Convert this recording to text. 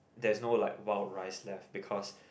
that's no like wild rice left because